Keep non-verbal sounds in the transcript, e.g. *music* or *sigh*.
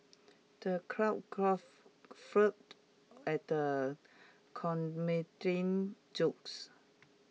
the crowd *unintelligible* at the comedian's jokes